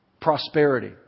prosperity